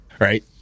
Right